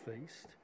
feast